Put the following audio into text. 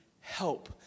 help